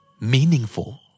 Meaningful